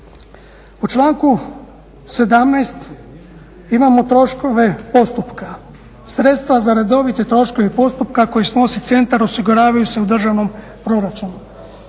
U članku 17. imamo troškove postupka. Sredstva za redovite troškove i postupka koje snosi centar osiguravaju se u državnom proračunu.